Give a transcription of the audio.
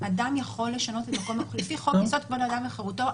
אדם יכול לשנות את מקום מגוריו לפי חוק יסוד כבוד האדם לחירותו.